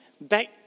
back